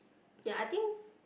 ya I think